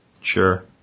Sure